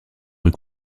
rues